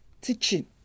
teaching